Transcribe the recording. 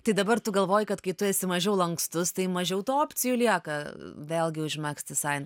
tai dabar tu galvoji kad kai tu esi mažiau lankstus tai mažiau tų opcijų lieka vėlgi užmegzti san